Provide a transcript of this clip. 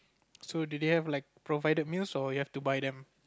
so do they have have like provided meals or you have to buy them